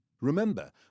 Remember